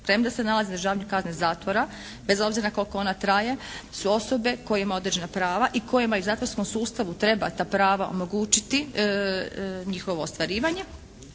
premda se nalaze na izdržavanju kazne zatvora, bez obzira koliko ona traje su osobe koje imaju određena prava i kojima …/Govornica se ne razumije./… zatvorskom sustavu treba ta prava omogućiti, njihovo ostvarivanje